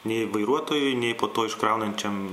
nei vairuotojui nei po to iškraunančiam